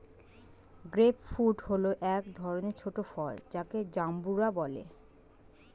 grape fruit হল এক ধরনের ছোট ফল যাকে জাম্বুরা বলে